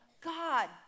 God